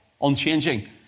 unchanging